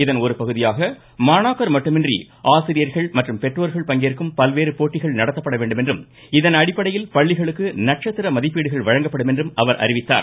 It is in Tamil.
இதன் ஒரு பகுதியாக மாணாக்கர் மட்டுமின்றி ஆசிரியர்கள் மற்றும் பெற்றோர்கள் பங்கேற்கும் பல்வேறு போட்டிகள் நடத்தப்பட வேண்டும் என்றும் இதன் அடிப்படையில் பள்ளிகளுக்கு நட்சத்திர மதிப்பீடுகள் வழங்கப்படும் என்றும் அவர் அறிவித்தார்